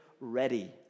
ready